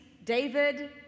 David